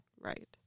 Right